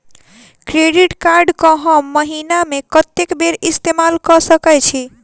Credit card कऽ हम महीना मे कत्तेक बेर इस्तेमाल कऽ सकय छी?